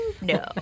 No